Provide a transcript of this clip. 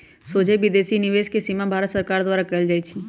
सोझे विदेशी निवेश के सीमा भारत सरकार द्वारा कएल जाइ छइ